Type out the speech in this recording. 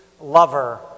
lover